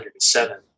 107